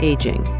Aging